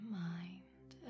mind